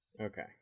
Okay